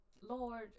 Lord